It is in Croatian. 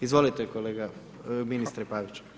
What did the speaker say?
Izvolite kolega ministre Pavić.